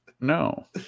No